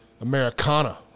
Americana